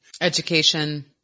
education